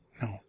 No